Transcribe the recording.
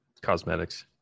cosmetics